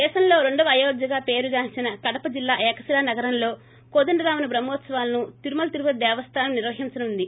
దేశంలో రెండవ అయోధ్యగా పేరుగాంచిన కడప జిల్లా ఏకశిలా నగరంలో కోదండరాముని బ్రహ్మోత్సవాలను తిరుమల తిరుపతి దేవస్థానం నిర్వహించనుంది